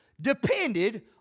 depended